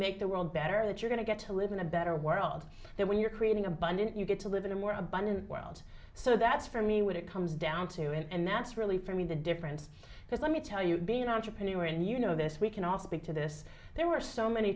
make the world better that you're going to get to live in a better world that when you're creating abundant you get to live in a more abundant world so that's for me what it comes down to and that's really for me the difference because let me tell you being an entrepreneur and you know this we can all speak to this there were so many